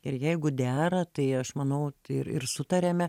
ir jeigu dera tai aš manau ir ir sutariame